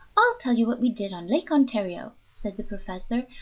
i'll tell you what we did on lake ontario, said the professor,